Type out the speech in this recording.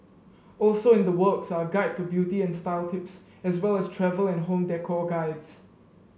also in the works are a guide to beauty and style tips as well as travell and home decor guides